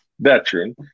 Veteran